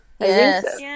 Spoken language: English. Yes